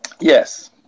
Yes